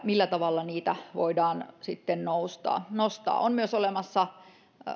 millä tavalla niitä voidaan sitten nostaa on myös olemassa